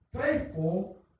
Faithful